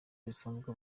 bisanzwe